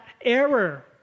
error